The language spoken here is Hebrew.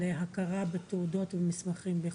להכרה בתעודות ומסמכים בחו"ל,